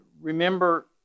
Remember